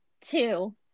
two